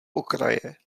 okraje